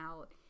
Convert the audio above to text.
out